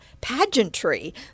pageantry